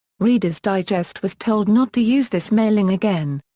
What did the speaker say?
reader's digest was told not to use this mailing again.